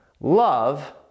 love